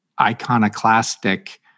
iconoclastic